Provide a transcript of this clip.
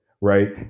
Right